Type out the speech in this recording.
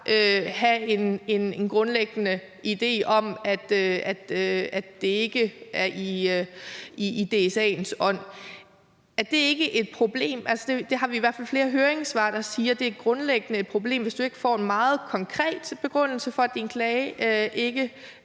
have en grundlæggende idé om, at det ikke er i DSA'ens ånd. Er det ikke et problem? Vi har i hvert fald flere høringssvar, der siger, at det grundlæggende er et problem, hvis du ikke får en meget konkret begrundelse for, at din klage ikke